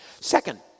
Second